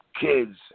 kids